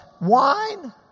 wine